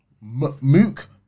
Mook